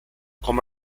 como